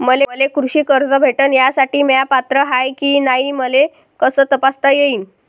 मले कृषी कर्ज भेटन यासाठी म्या पात्र हाय की नाय मले कस तपासता येईन?